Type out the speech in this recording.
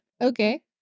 Okay